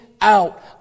out